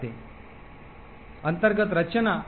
त्याचप्रमाणे मेमरी मुक्त करण्यासाठी अल्गोरिदम काय वापरले जातात